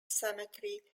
cemetery